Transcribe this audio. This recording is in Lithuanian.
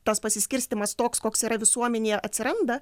tas pasiskirstymas toks koks yra visuomenėje atsiranda